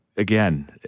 Again